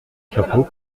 chapeau